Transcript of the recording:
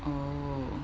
oh